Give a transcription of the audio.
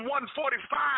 145